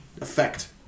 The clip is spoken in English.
effect